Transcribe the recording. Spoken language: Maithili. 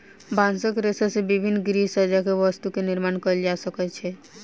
बांसक रेशा से विभिन्न गृहसज्जा के वस्तु के निर्माण कएल जा सकै छै